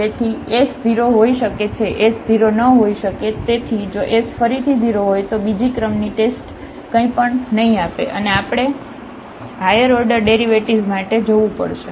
તેથી s 0 હોઈ શકે છે s 0 ન હોઈ શકે તેથી જો s ફરીથી 0 હોય તો બીજી ક્રમની ટેસ્ટ ટેસ્ટ કંઈપણ નહીં આપે અને આપણે હાયર ઓર્ડર ડેરિવેટિવ્ઝ માટે જવું પડશે